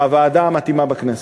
בוועדה המתאימה בכנסת.